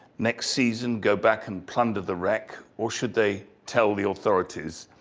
next season, go back and plunder the wreck? or should they tell the authorities?